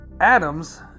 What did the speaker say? atoms